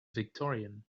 victorian